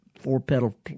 four-petal